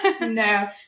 No